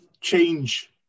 change